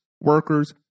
workers